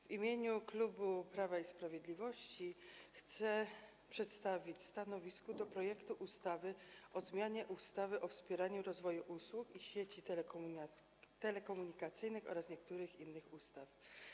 W imieniu klubu Prawa i Sprawiedliwości chcę przedstawić stanowisko wobec projektu ustawy o zmianie ustawy o wspieraniu rozwoju usług i sieci telekomunikacyjnych oraz niektórych innych ustaw.